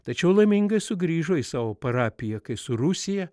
tačiau laimingai sugrįžo į savo parapiją kai su rusija